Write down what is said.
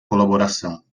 colaboração